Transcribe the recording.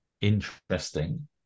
Interesting